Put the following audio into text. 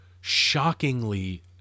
shockingly